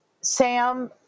Sam